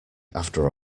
after